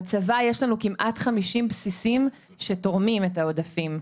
בצבא יש לנו כמעט 50 בסיסים שתורמים את העודפים.